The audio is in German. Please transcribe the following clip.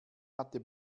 hatte